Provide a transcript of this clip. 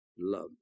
Love